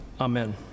Amen